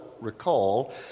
recall